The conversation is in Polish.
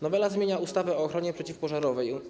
Nowela zmienia ustawę o ochronie przeciwpożarowej.